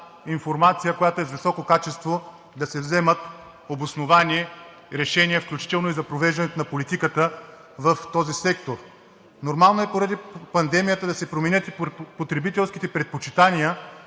информация, която е с високо качество, да се вземат обосновани решения, включително и за провеждането на политиката в този сектор. Нормално е поради пандемията да се променят и потребителските предпочитания